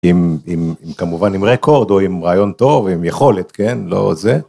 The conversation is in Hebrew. עם, כמובן עם רקורד או עם רעיון טוב, עם יכולת, כן? לא... זה.